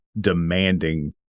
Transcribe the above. demanding